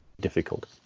difficult